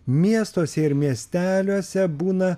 miestuose ir miesteliuose būna